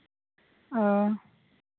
ᱚᱻ